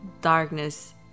darkness